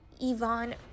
Yvonne